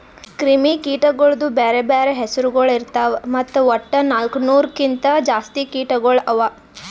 ಕ್ರಿಮಿ ಕೀಟಗೊಳ್ದು ಬ್ಯಾರೆ ಬ್ಯಾರೆ ಹೆಸುರಗೊಳ್ ಇರ್ತಾವ್ ಮತ್ತ ವಟ್ಟ ನಾಲ್ಕು ನೂರು ಕಿಂತ್ ಜಾಸ್ತಿ ಕೀಟಗೊಳ್ ಅವಾ